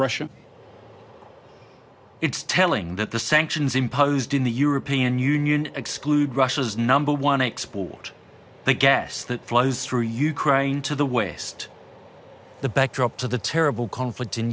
russia it's telling that the sanctions imposed in the european union exclude russia's number one exporter the guess that flows through you crying to the west the backdrop to the terrible conflict in